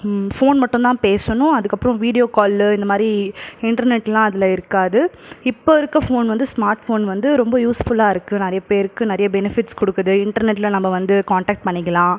phone மட்டுந்தான் பேசணும் அதுக்கப்பறோம் வீடியோ காலு இந்த மாதிரி இன்டெர்நெட்லாம் அதில் இருக்காது இப்போது இருக்க ஃபோன் வந்து ஸ்மார்ட் ஃபோன் வந்து ரொம்ப யூஸ்ஃபுல்லா இருக்குது நிறைய பேருக்கு நிறைய பெனிஃபிட்ஸ் கொடுக்குது இன்டெர்நெட்டில் நம்ம வந்து காண்டேக்ட் பண்ணிக்கலாம்